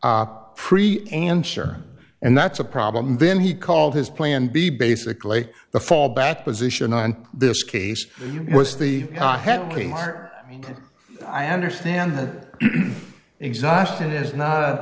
pre answer and that's a problem then he called his plan b basically the fallback position on this case was the hot head i understand that exhaustion is not